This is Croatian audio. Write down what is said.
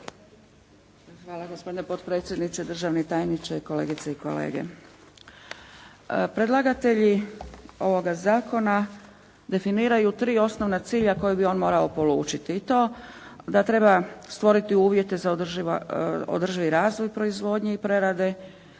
Hvala gospodine potpredsjedniče, državni tajniče, kolegice i kolege. Predlagatelji ovoga zakona definiraju tri osnovna cilja koja bi on morao polučiti. I to da treba stvoriti uvjete za održivi razvoj proizvodnje i prerade,